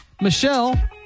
Michelle